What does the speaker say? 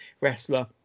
wrestler